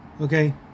okay